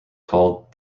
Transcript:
called